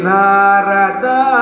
Narada